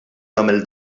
jagħmel